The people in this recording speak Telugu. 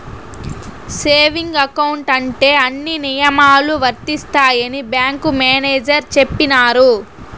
సేవింగ్ అకౌంట్ ఉంటే అన్ని నియమాలు వర్తిస్తాయని బ్యాంకు మేనేజర్ చెప్పినారు